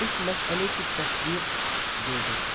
اس مسئلے کی تصدیق دے دیں